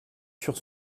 sur